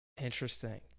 Interesting